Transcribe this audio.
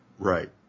Right